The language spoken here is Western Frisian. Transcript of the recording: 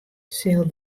sil